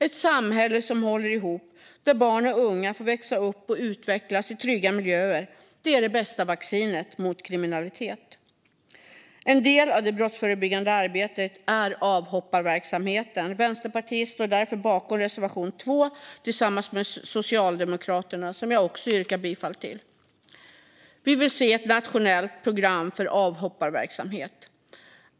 Ett samhälle som håller ihop, där barn och unga får växa upp och utvecklas i trygga miljöer, är det bästa vaccinet mot kriminalitet. En del av det brottsförebyggande arbetet är avhopparverksamheten. Vänsterpartiet står därför tillsammans med Socialdemokraterna bakom reservation 2, som jag härmed yrkar bifall till. Vi vill se ett nationellt program för avhopparverksamhet.